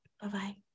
Bye-bye